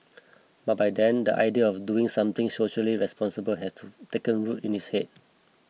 but by then the idea of doing something socially responsible had to taken root in his head